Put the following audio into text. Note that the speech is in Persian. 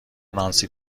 نانسی